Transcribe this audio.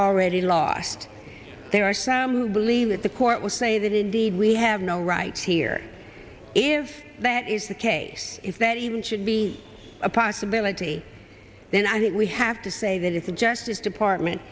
already lost there are some who believe that the court will say that indeed we have no rights here if that is the case is that even should be a possibility then i think we have to say that if the justice department